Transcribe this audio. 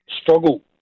struggle